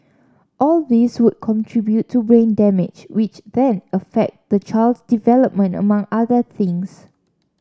all these would contribute to brain damage which then affect the child's development among other things